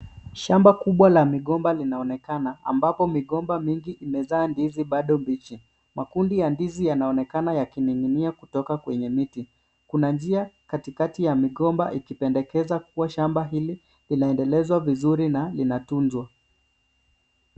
Shamba kubwa la migomba linaonekana ambapo migomba mingi imezaa ndizi bado mbichi. Makundi ya ndizi yanaonekana yakining'inia kutoka kwenye miti. Kuna njia katikati ya migomba ikipendekeza kuwa shamba hili linaendelezwa vizuri na linatunzwa.